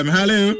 Hello